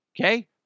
Okay